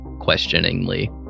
questioningly